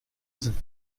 sind